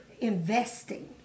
investing